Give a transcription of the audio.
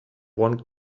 one